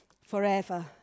forever